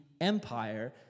empire